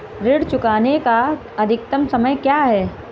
ऋण चुकाने का अधिकतम समय क्या है?